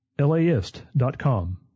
LAist.com